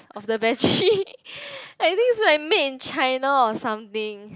of the battery I think it's like made in China or something